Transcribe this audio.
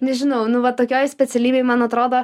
nežinau nu va tokioj specialybėj man atrodo